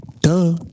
Duh